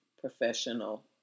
professional